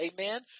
Amen